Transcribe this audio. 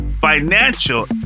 financial